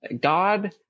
god